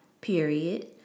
period